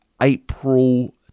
April